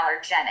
allergenic